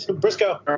Briscoe